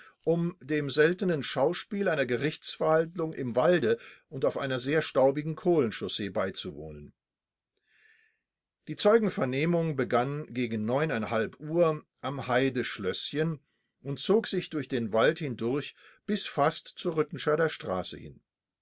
um dem seltenen schauspiel einer gerichtsverhandlung im walde und auf einer sehr staubigen kohlenchaussee beizuwohnen die zeugenvernehmung begann gegen uhr am heideschlößchen und zog sich durch den wald hindurch bis fast zur rüttenscheider straße hin